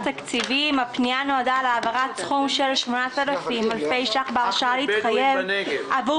הפנייה נועדה להעברת סכום של 8,000 אלפי ש"ח בהרשאה להתחייב עבור